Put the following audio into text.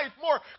more